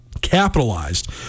capitalized